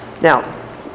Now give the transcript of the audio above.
Now